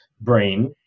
brain